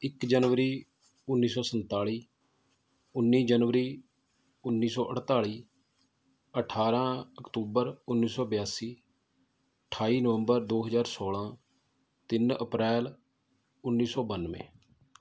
ਇੱਕ ਜਨਵਰੀ ਉੱਨੀ ਸੌ ਸੰਤਾਲੀ ਉੱਨੀ ਜਨਵਰੀ ਉੱਨੀ ਸੌ ਅਠਤਾਲੀ ਅਠਾਰ੍ਹਾਂ ਅਕਤੂਬਰ ਉੱਨੀ ਸੌ ਬਿਆਸੀ ਅਠਾਈ ਨਵੰਬਰ ਦੋ ਹਜ਼ਾਰ ਸੋਲ੍ਹਾਂ ਤਿੰਨ ਅਪ੍ਰੈਲ ਉੱਨੀ ਸੌ ਬਾਨਵੇਂ